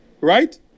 right